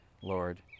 Lord